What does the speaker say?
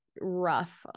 rough